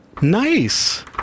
Nice